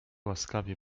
łaskawie